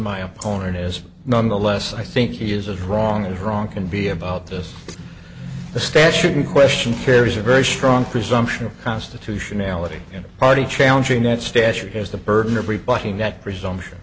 my opponent is nonetheless i think he is as wrong as wrong can be about this the statute in question carries a very strong presumption of constitutionality in a party challenging that stature has the burden of rebutting that presumption